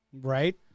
right